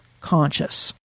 conscious